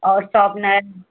और शार्पनर